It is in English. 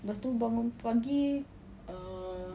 lepas tu bangun pagi err